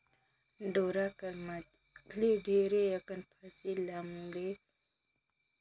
डोरा कर मदेत ले ढेरे अकन फसिल ल मुड़ी मे डोएह के एक जगहा ले दूसर जगहा असानी ले लेइजल जाए सकत अहे